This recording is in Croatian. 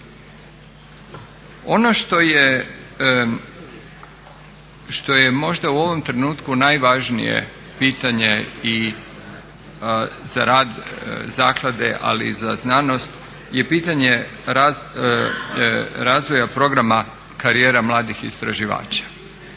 Ono što je možda u ovom trenutku najvažnije pitanje za rad zaklade, ali i za znanost je pitanje razvoja programa karijera mladih istraživača.